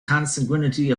consanguinity